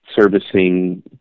servicing